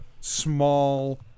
small